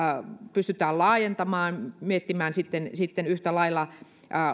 pystytään laajentamaan miettimään sitten sitten yhtä lailla